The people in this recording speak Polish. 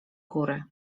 góry